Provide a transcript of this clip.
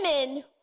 women